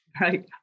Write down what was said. Right